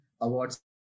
awards